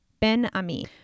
Ben-Ami